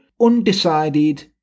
undecided